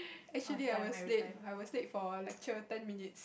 actually I was late I was late for lecture ten minutes